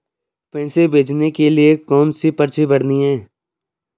पैसे भेजने के लिए कौनसी पर्ची भरनी है?